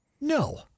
no